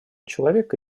человека